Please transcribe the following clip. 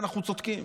אנחנו צודקים.